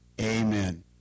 Amen